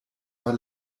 war